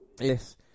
Yes